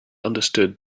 understood